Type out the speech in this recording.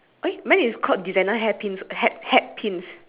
also I also have two then any